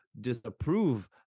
disapprove